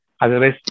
Otherwise